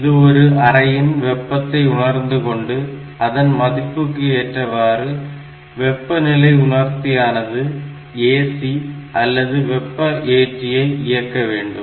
இது ஒரு அறையின் வெப்பத்தை உணர்ந்துகொண்டு அதன் மதிப்புக்கு ஏற்றவாறு வெப்பநிலை உணர்த்தியானது AC அல்லது வெப்பம் ஏற்றியை இயக்க வேண்டும்